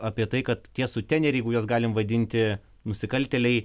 apie tai kad tie suteneriai jeigu juos galim vadinti nusikaltėliai